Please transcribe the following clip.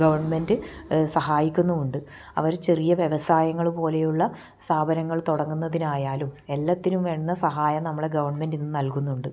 government സഹായിക്കുന്നുമുണ്ട് അവർ ചെറിയ വ്യവസായങ്ങൾ പോലെയുള്ള സ്ഥാപനങ്ങൾ തുടങ്ങുന്നതിന് ആയാലും എല്ലാത്തിനും വേണ്ടുന്ന സഹായങ്ങൾ നമ്മളെ ഗവൺമെൻറ് ഇന്ന് നൽകുന്നുണ്ട്